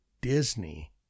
Disney